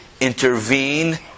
intervene